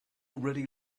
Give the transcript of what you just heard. already